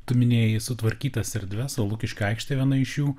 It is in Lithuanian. tu minėjai sutvarkytas erdves o lukiškių aikštė viena iš jų